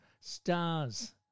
Stars